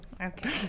Okay